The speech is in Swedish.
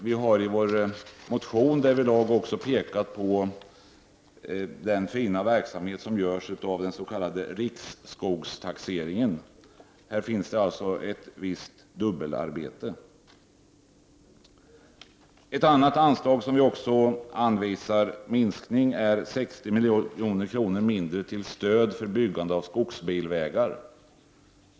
Vi har i vår motion därvidlag också framhållit den fina verksamhet som utförs av den s.k. riksskogstaxeringen. Det utförs alltså ett visst dubbelarbete. Vi vill också minska stödet till byggandet av skogsbilvägar med 60 milj.kr.